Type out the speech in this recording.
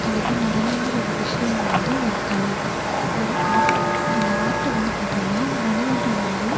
கண்டிப்பாக நடனம்கிற ஒரு விஷயம் வந்து ஒரு கலை ஒரு ஆர்ட் அந்த ஆர்ட்டு வந்து பார்த்தோன்னா மனிதர்கள் வந்து